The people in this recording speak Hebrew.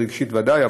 ורגשית ודאי,